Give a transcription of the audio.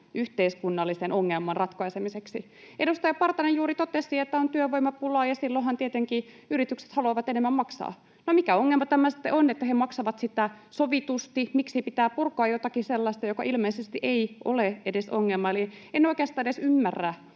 yhteiskunnallisen ongelman ratkaisemiseksi? Edustaja Partanen juuri totesi, että on työvoimapula, ja silloinhan tietenkin yritykset haluavat enemmän maksaa. No, mikä ongelma tämä sitten on, että he maksavat sovitusti? Miksi pitää purkaa jotakin sellaista, mikä ilmeisesti ei ole edes ongelma? Eli en oikeastaan edes ymmärrä,